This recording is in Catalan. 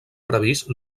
previst